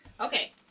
Okay